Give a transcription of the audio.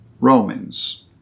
Romans